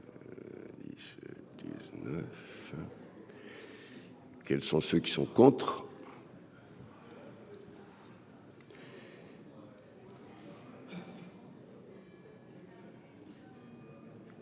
quels sont ceux qui sont contre.